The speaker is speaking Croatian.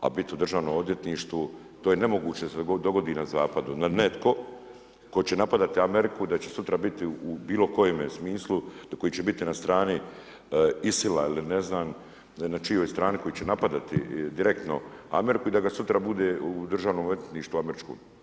A biti u Državnom odvjetništvu to je nemoguće da se dogodi na zapadu da netko tko će napadati Ameriku da će sutra biti u bilo kojemu smislu koji će biti na strani ISIL-a ili ne znam na čijoj strani koji će napadati direktno Ameriku i da ga sutra bude u državnom odvjetništvu američkom.